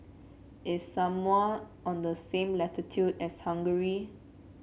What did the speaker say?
is Samoa on the same latitude as Hungary